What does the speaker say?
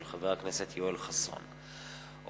מאת חברי הכנסת חיים אמסלם,